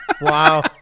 Wow